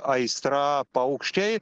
aistra paukščiai